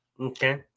Okay